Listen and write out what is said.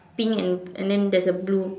pink and and then there is a blue